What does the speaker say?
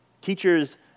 teachers